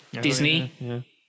Disney